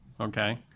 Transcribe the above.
okay